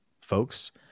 Folks